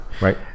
Right